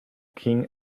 king